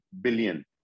billion